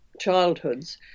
childhoods